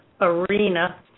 arena